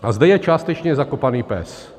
A zde je částečně zakopaný pes.